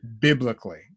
biblically